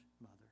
mother